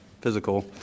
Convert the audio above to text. physical